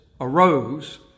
arose